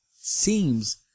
seems